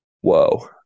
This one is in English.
Whoa